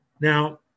Now